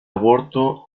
aborto